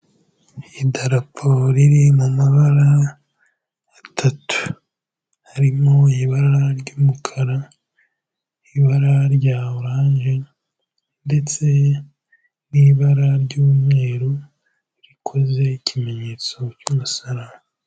Idarapo riri mu mabara atatu, harimo ibara ry'umukara, ibara rya oranje ndetse n'ibara ry'umweru rikoze ikimenyetso cy'umusara.